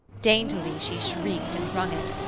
daintily she shrieked and wrung it.